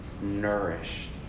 nourished